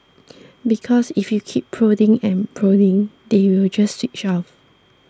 because if you keep prodding and prodding they will just switch off